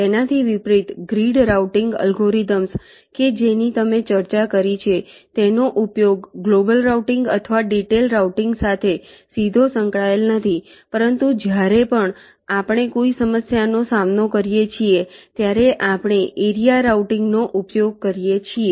તેનાથી વિપરિત grid routing algorithms કે જેની તમે ચર્ચા કરી છે તેનો ઉપયોગ ગ્લોબલ અથવા ડિટેઈલ્ડ રાઉટીંગ સાથે સીધો સંકળાયેલ નથી પરંતુ જ્યારે પણ આપણે કોઈ સમસ્યાનો સામનો કરીએ છીએ ત્યારે આપણે એરિયા રાઉટીંગ નો ઉપયોગ કરીએ છીએ